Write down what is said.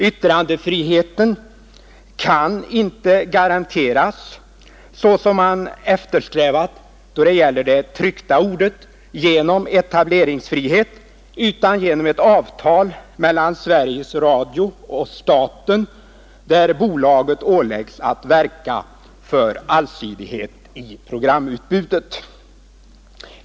Yttrandefriheten kan inte garanteras, såsom man eftersträvat då det gäller det tryckta ordet, genom etableringsfrihet utan genom ett avtal mellan Sveriges Radio och staten, där bolaget åläggs att verka för allsidighet i programutbudet.